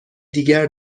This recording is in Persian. دیگر